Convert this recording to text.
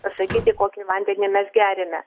pasakyti kokį vandenį mes geriame